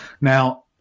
Now